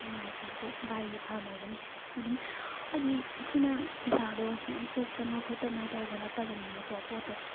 ꯑꯩꯅ ꯍꯥꯏꯁꯤꯅꯕꯨ ꯚꯥꯏꯒꯤ ꯐꯅꯕꯅꯤ ꯑꯗꯨꯝ ꯍꯥꯏꯕꯗꯤ ꯑꯩꯈꯣꯏꯅ ꯄꯩꯁꯥꯗꯣ ꯃꯌꯥꯝ ꯊꯣꯛꯇꯅ ꯈꯣꯠꯇꯅ ꯇꯧꯕ ꯅꯠꯇꯕꯅꯤꯅꯀꯣ ꯄꯣꯠꯇꯣ